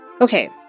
Okay